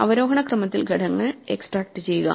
അവരോഹണ ക്രമത്തിൽ ഘടകങ്ങൾ എക്സ്ട്രാക്റ്റുചെയ്യുക